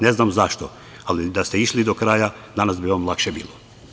Ne znam zašto, ali da ste išli do kraja, danas bi vam lakše bilo.